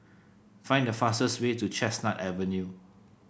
find the fastest way to Chestnut Avenue